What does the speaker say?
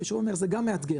אני שוב אומר זה גם מאתגר,